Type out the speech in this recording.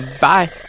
Bye